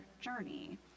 journey